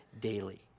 daily